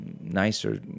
nicer